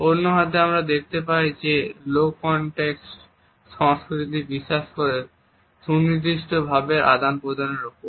অন্যহাতে আমরা দেখতে পাই যে লো কন্টেক্সট সংস্কৃতি বিশ্বাস করে সুনির্দিষ্ট ভাবের আদান প্রদান এর ওপর